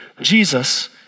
Jesus